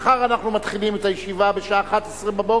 מחר אנחנו מתחילים את הישיבה בשעה 11:00,